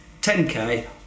10k